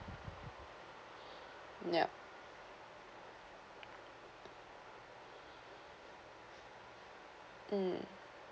yup mm